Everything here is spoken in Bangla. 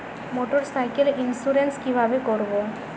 মোটরসাইকেলের ইন্সুরেন্স কিভাবে করব?